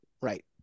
right